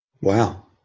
Wow